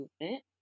movement